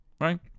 Right